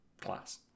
class